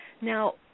Now